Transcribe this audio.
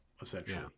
essentially